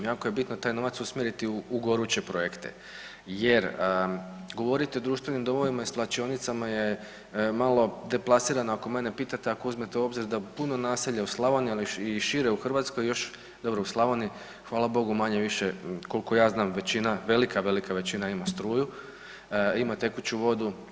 Jako je bitno taj novac usmjeriti u goruće projekte, jer govoriti o društvenim domovima i svlačionicama je malo deplasirano ako mene pitate, ako uzmete u obzir da puno naselja u Slavoniji, još i šire u Hrvatskoj, dobro u Slavoniji hvala Bogu manje-više koliko ja znam većina, velika velika većina ima struju, ima tekuću vodu.